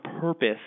purpose